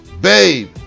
babe